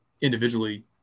individually